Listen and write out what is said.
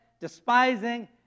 despising